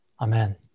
Amen